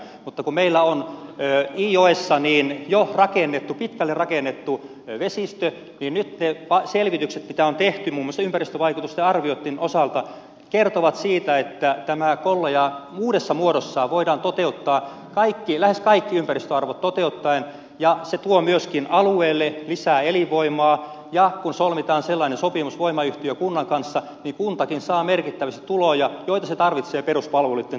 mutta kun meillä on iijoessa jo pitkälle rakennettu vesistö niin nyt ne selvitykset mitä on tehty muun muassa ympäristövaikutusten arviointien osalta kertovat siitä että tämä kollaja uudessa muodossaan voidaan toteuttaa lähes kaikki ympäristöarvot toteuttaen ja se tuo myöskin alueelle lisää elinvoimaa ja kun solmitaan sellainen sopimus voimayhtiön ja kunnan kanssa niin kuntakin saa merkittävästi tuloja joita se tarvitsee peruspalveluitten tuottamiseen